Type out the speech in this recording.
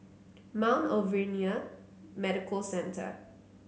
Mount Alvernia Medical Centre